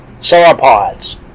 sauropods